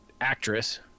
actress